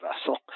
vessel